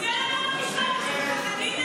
תפנה לבית המשפט.